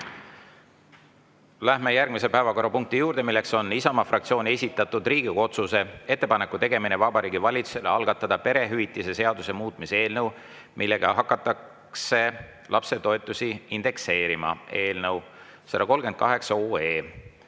Läheme järgmise päevakorrapunkti juurde, mis on Isamaa fraktsiooni esitatud Riigikogu otsuse "Ettepaneku tegemine Vabariigi Valitsusele algatada perehüvitiste seaduse muutmise eelnõu, millega hakatakse lapsetoetusi indekseerima" eelnõu 138.